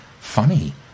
funny